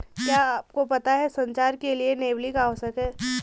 क्या आपको पता है संचार के लिए लेबलिंग आवश्यक है?